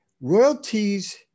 Royalties